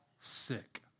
sick